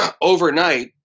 overnight